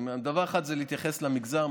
דבר אחד זה להתייחס למגזר,